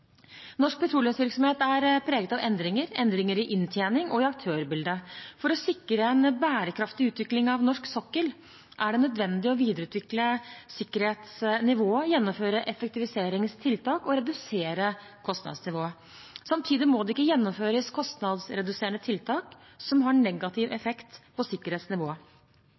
Norsk petroleumsvirksomhet er preget av endringer, endringer i inntjening og i aktørbilde. For å sikre en bærekraftig utvikling av norsk sokkel er det nødvendig å videreutvikle sikkerhetsnivået, gjennomføre effektiviseringstiltak og redusere kostnadsnivået. Samtidig må det ikke gjennomføres kostnadsreduserende tiltak som har negativ effekt på sikkerhetsnivået.